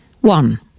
one